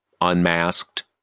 unmasked